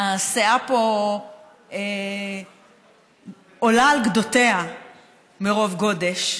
הסאה פה עולה על גדותיה מרוב גודש.